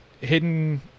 hidden